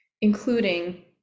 including